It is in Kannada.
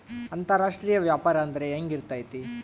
ಅಂತರಾಷ್ಟ್ರೇಯ ವ್ಯಾಪಾರ ಅಂದ್ರೆ ಹೆಂಗಿರ್ತೈತಿ?